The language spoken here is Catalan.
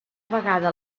vegada